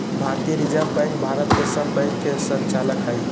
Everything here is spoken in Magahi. भारतीय रिजर्व बैंक भारत के सब बैंक के संचालक हइ